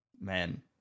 man